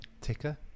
ticker